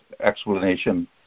explanation